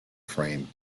frame